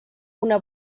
una